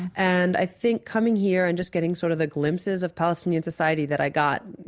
and i think coming here and just getting sort of the glimpses of palestinian society that i got, you